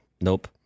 nope